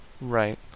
right